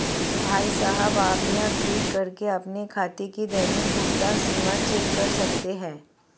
भाई साहब आप यहाँ क्लिक करके अपने खाते की दैनिक भुगतान सीमा चेक कर सकते हैं